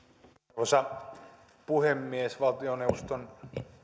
arvoisa puhemies valtioneuvoston